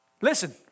listen